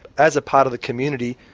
as a part of the community,